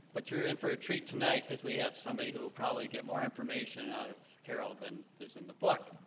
but you're in for a treat tonight, because we have somebody who will probably get more information out of carole than is in the book,